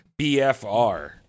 BFR